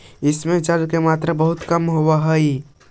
इस में जल की मात्रा बहुत कम होवअ हई